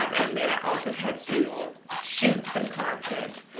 um and then i also had to shoot some content.